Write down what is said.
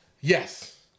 Yes